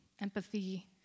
empathy